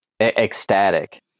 ecstatic